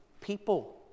people